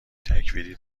تکفیری